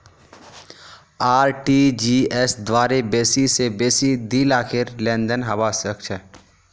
RTGS द्वारे बेसी स बेसी दी लाखेर लेनदेन हबा सख छ